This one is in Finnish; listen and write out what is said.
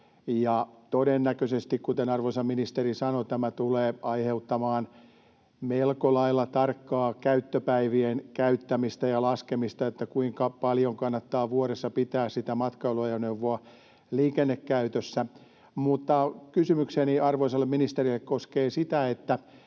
Ja todennäköisesti, kuten arvoisa ministeri sanoi, tämä tulee aiheuttamaan melko lailla tarkkaa käyttöpäivien käyttämistä ja laskemista, että kuinka paljon kannattaa vuodessa pitää sitä matkailuajoneuvoa liikennekäytössä. Mutta kysymykseni arvoisalle ministerille koskee sitä,